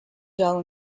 dull